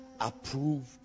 approved